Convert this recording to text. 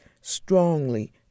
strongly